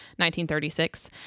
1936